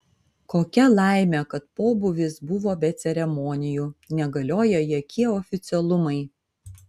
kokia laimė kad pobūvis buvo be ceremonijų negalioja jokie oficialumai